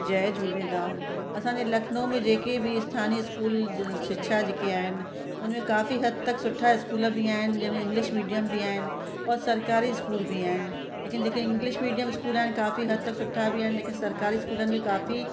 जय झूलेलाल असांजे लखनऊ में जेके बि स्थानीय स्कूल जि जि शिक्षा जेके आहिनि उन में काफ़ी हद तक स्कूल बि आहिनि जंहिंमें इंग्लिश मीडियम बि आहिनि औरि सरकारी स्कूल बि आहिनि लेकिन जेके इंग्लिश मीडियम स्कूल आहिनि काफ़ी हद तक सुठा बि आहिनि जेके सरकारी स्कूल आहिनि उहे काफ़ी